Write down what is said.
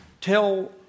tell